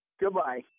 Goodbye